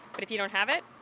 but if you don't have it,